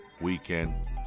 Weekend